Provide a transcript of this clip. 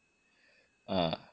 ah